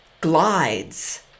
glides